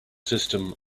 system